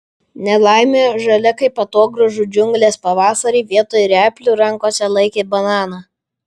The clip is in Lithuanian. nelaimė žalia kaip atogrąžų džiunglės pavasarį vietoj replių rankose laikė bananą